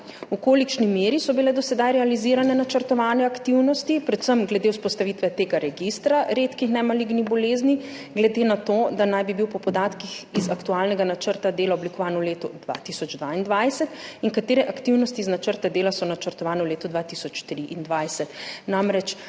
V kolikšni meri so bile do sedaj realizirane načrtovane aktivnosti, predvsem glede vzpostavitve registra redkih nemalignih bolezni, glede na to, da naj bi bil po podatkih iz aktualnega načrta dela oblikovan v letu 2022? Katere aktivnosti iz načrta dela so načrtovane v letu 2023? Namreč,